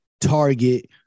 Target